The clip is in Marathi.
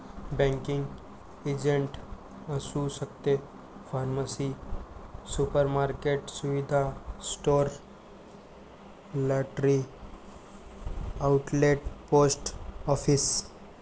बँकिंग एजंट असू शकते फार्मसी सुपरमार्केट सुविधा store lottery outlet post office